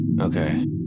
Okay